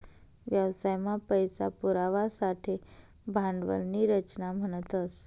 व्यवसाय मा पैसा पुरवासाठे भांडवल नी रचना म्हणतस